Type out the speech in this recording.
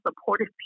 supportive